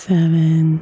Seven